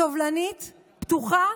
סובלנית, פתוחה,